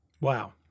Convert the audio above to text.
Wow